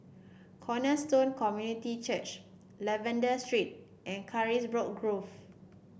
Cornerstone Community Church Lavender Street and Carisbrooke Grove